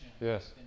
Yes